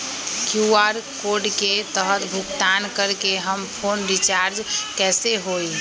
QR code के तहद भुगतान करके हम फोन रिचार्ज कैसे होई?